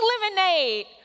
lemonade